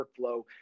workflow